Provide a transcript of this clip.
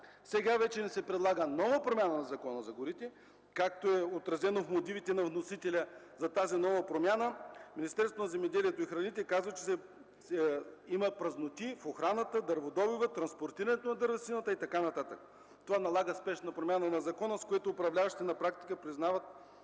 Сега вече ни се предлага нова промяна в Закона за горите. Както е отразено в мотивите на вносителя за тази нова промяна, Министерството на земеделието и храните казва, че има празноти в охраната, в дърводобива, в транспортирането на дървесината и така нататък. Това налага спешна промяна на закона, с което управляващите на практика признават,